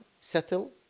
Settle